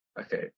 Okay